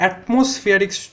Atmospheric